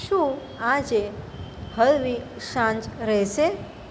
શું આજે હળવી સાંજ રહેશે